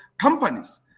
companies